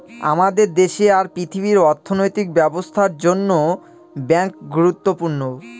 আমাদের দেশে আর পৃথিবীর অর্থনৈতিক ব্যবস্থার জন্য ব্যাঙ্ক গুরুত্বপূর্ণ